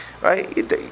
Right